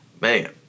Man